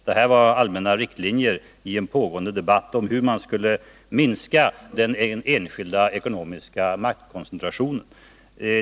Det här var allmänna riktlinjer i en fortgående debatt om hur man skall minska den enskilda ekonomiska maktkoncentrationen.